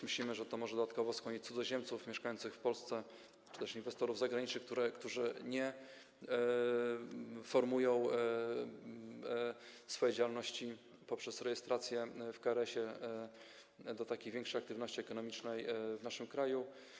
Myślimy więc, że to też może dodatkowo skłonić cudzoziemców mieszkających w Polsce czy też inwestorów zagranicznych, którzy nie formułują swojej działalności poprzez rejestrację w KRS-ie, do większej aktywności ekonomicznej w naszym kraju.